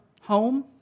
home